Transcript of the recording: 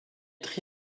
tri